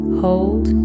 hold